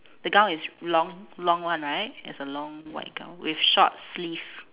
the gown is long long one right it's a long white gown with short sleeve